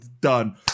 done